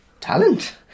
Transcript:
Talent